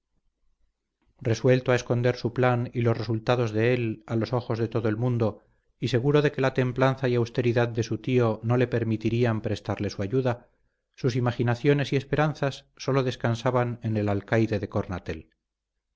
resuelto a esconder su plan y los resultados de él a los ojos de todo el mundo y seguro de que la templanza y austeridad de su tío no le permitirían prestarle su ayuda sus imaginaciones y esperanzas sólo descansaban en el alcaide de cornatel